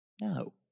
No